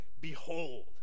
behold